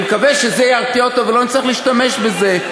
אני מקווה שזה ירתיע אותו ולא נצטרך להשתמש בזה.